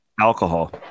alcohol